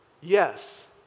Yes